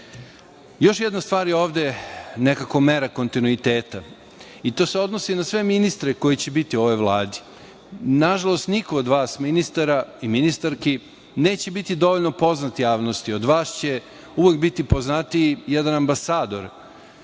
jedna stvar je ovde nekako mera kontinuiteta i to se odnosi na sve ministre koji će biti u ovoj Vladi. Nažalost, niko od vas ministara i ministarki neće biti dovoljno poznat javnosti. Od vas će uvek biti poznatiji jedan ambasador